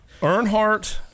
Earnhardt